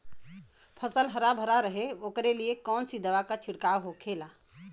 फसल हरा भरा रहे वोकरे लिए कौन सी दवा का छिड़काव होखेला?